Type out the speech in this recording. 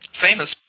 famous